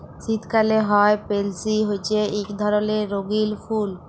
শীতকালে হ্যয় পেলসি হছে ইক ধরলের রঙ্গিল ফুল